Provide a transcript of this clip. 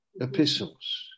epistles